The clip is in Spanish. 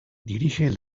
dirige